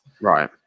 Right